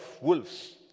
wolves